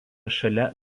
šalia